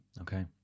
Okay